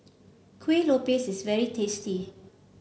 Kueh Lopes is very tasty